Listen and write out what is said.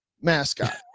mascot